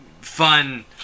fun